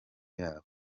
yabo